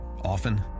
Often